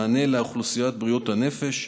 מענה לאוכלוסיית בריאות הנפש,